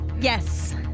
Yes